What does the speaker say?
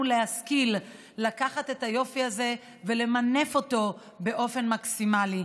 להשכיל לקחת את היופי הזה ולמנף אותו באופן מקסימלי.